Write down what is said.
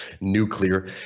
nuclear